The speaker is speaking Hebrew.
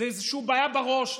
זאת איזושהי בעיה בראש,